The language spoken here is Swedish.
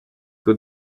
går